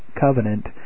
covenant